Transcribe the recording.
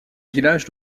village